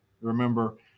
Remember